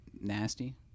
nasty